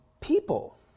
people